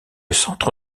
centre